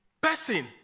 person